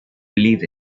believe